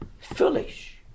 foolish